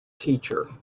teacher